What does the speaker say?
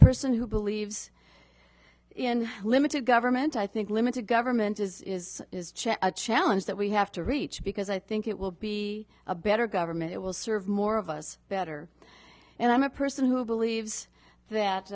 person who believes in limited government i think limited government is a challenge that we have to reach because i think it will be a better government it will serve more of us better and i'm a person who believes that